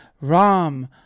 Ram